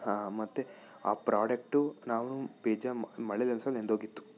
ಮತ್ತೆ ಆ ಪ್ರಾಡಕ್ಟು ನಾವು ಬೇಜಾನ ಮಳೆಯಲ್ಲಿ ಸಹ ನೆಂದು ಹೋಗಿತ್ತು